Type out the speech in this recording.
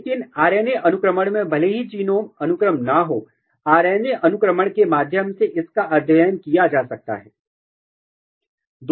लेकिन आरएनए अनुक्रमण में भले ही जीनोम अनुक्रम न हो आरएनए अनुक्रमण के माध्यम से इसका अध्ययन किया जा सकता है